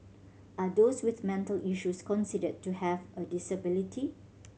are those with mental issues considered to have a disability